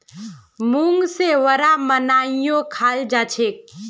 मूंग से वड़ा बनएयों खाल जाछेक